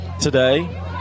today